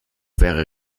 wäre